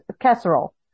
casserole